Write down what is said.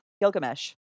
Gilgamesh